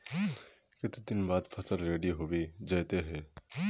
केते दिन बाद फसल रेडी होबे जयते है?